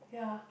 yeah